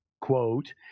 quote